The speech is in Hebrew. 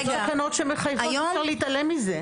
זה תקנות שמחייבות אי אפשר להתעלם מזה.